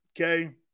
Okay